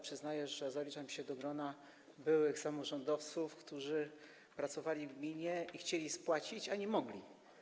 Przyznaję, że zaliczam się do grona byłych samorządowców, którzy pracowali w gminie i chcieli spłacić, a nie mogli.